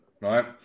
right